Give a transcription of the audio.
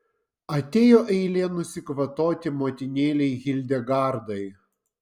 atėjo eilė nusikvatoti motinėlei hildegardai